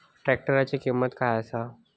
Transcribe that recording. ट्रॅक्टराची किंमत काय आसा?